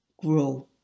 Grow